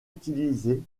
utilisés